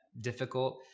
difficult